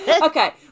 Okay